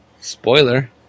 Spoiler